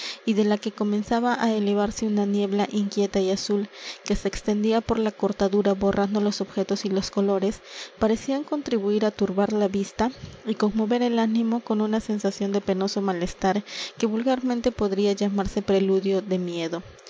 y de la que comenzaba á elevarse una niebla inquieta y azul que se extendía por la cortadura borrando los objetos y los colores parecían contribuir á turbar la vista y conmover el ánimo con una sensación de penoso malestar que vulgarmente podría llamarse preludio de miedo